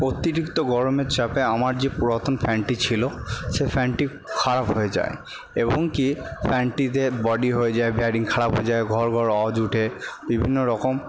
অতিরিক্ত গরমের চাপে আমার যে পুরাতন ফ্যানটি ছিলো সে ফ্যানটি খারাপ হয়ে যায় এবং কি ফ্যানটিতে বডি হয়ে যায় ওয়ারিং খারাপ হয়ে যায় ঘর ঘর আওয়াজ উঠে বিভিন্ন রকম